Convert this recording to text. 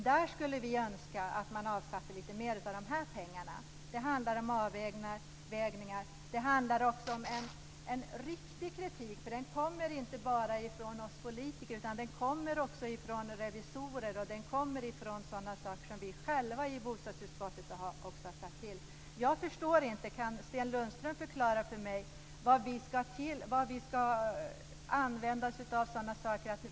Vi skulle önska att man avsatte en del av de här pengarna där. Det handlar om avvägningar. Det handlar också om en riktig kritik. Den kommer inte bara från oss politiker utan också från revisorer och sådana saker som vi själva i bostadsutskottet har satt till. Kan Sten Lundström förklara för mig vad vi ska använda oss av?